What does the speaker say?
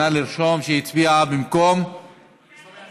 נא לרשום שהיא הצביע במקום סלומינסקי.